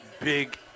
big